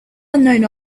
unknown